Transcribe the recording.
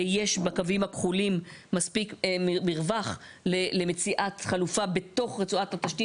יש בקווים הכחולים מספיק מרווח למציאת חלופה בתוך רצועת התשתית.